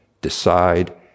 decide